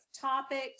topics